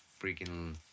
freaking